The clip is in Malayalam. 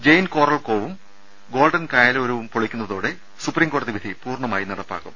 ജയ്ൻ കോറൽകോവും ഗോൾഡൻ കായലോരവും പൊളിക്കുന്നതോടെ സുപ്രീംകോടതിവിധി പൂർണമായി നടപ്പാകും